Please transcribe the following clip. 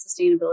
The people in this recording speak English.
sustainability